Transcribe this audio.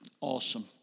awesome